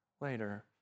later